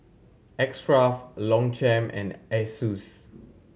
X Craft Longchamp and Asus